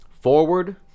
forward